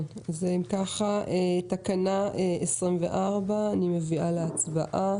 אז אם כך, תקנה 24 עולה להצבעה.